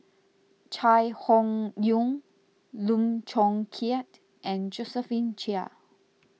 Chai Hon Yoong Lim Chong Keat and Josephine Chia